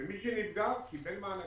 ומי שנסגר קיבל מענקים.